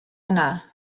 yna